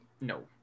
No